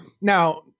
Now